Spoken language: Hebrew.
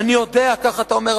"אני יודע" ככה אתה אומר,